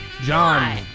John